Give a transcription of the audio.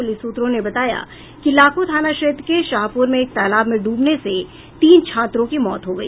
police सूत्रों ने बताया कि लाखो थाना क्षेत्र के शाहपुर में एक तालाब में डूबने से तीन छात्रों की मौत हो गई